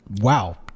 wow